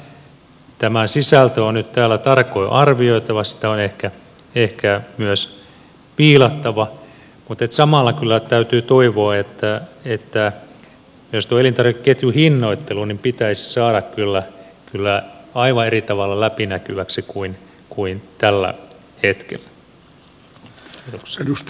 tämän sisältö on nyt täällä tarkoin arvioitava sitä on ehkä myös viilattava mutta samalla kyllä täytyy toivoa että myös tuo elintarvikeketjun hinnoittelu pitäisi saada kyllä aivan eri tavalla läpinäkyväksi kuin tällä hetkellä